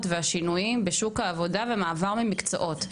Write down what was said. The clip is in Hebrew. והשינויים בשוק העבודה והמעבר ממקצועות.